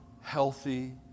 healthy